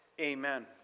Amen